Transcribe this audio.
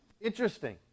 Interesting